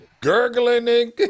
gurgling